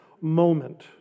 moment